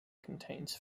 contains